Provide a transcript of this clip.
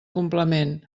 complement